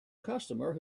customer